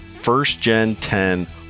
FirstGen10